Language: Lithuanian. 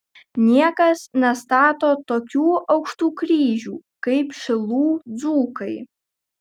niekas nestato tokių aukštų kryžių kaip šilų dzūkai